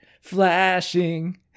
flashing